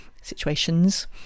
situations